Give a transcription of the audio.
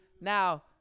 Now